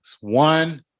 One